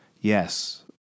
yes